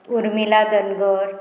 Urmila Dangar